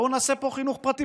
בואו נעשה פה חינוך פרטי.